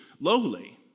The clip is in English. lowly